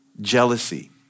jealousy